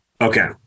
Okay